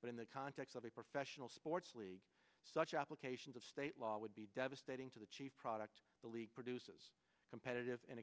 but in the context of a professional sports league such applications of state law would be devastating to the chief product the league produces competitive an